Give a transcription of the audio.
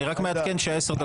אני רק מעדכן שעשר דקות עברו.